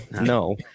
No